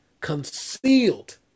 concealed